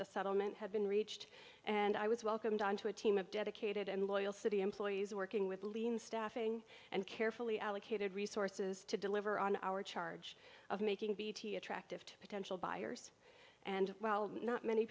the settlement had been reached and i was welcomed onto a team of dedicated and loyal city employees working with lean staffing and carefully allocated resources to deliver on our charge of making bt attractive to potential buyers and while not many